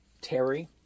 Terry